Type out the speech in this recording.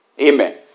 Amen